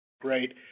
Great